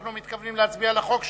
אנחנו מתכוונים להצביע על החוק שלך,